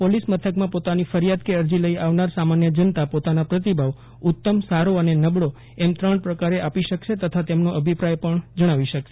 police મથકમાં પોતાની ફરિયાદ કે અરજી લઈ આવનાર સામાન્ય જનતા પોતાના પ્રતિભાવ ઉત્તમ સારો અને નબળો એમ ત્રણ પ્રકારે આપી શકશે તથા તેમનો અભિપ્રાય જણાવી શકશે